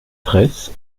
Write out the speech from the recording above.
fraysse